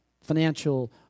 financial